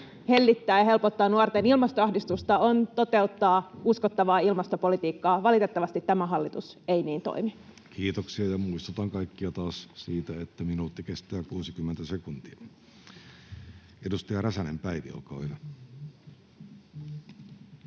koputtaa] helpottaa nuorten ilmastoahdistusta on toteuttaa uskottavaa ilmastopolitiikkaa. Valitettavasti tämä hallitus ei niin toimi. Kiitoksia. Ja muistutan kaikkia taas siitä, että minuutti kestää 60 sekuntia. — Edustaja Räsänen Päivi, olkaa hyvä.